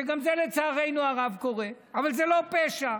שגם זה לצערנו הרב קורה, זה לא פשע.